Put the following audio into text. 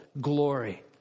glory